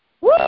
woo